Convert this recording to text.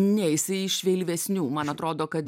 ne jisai iš vėlyvesnių man atrodo kad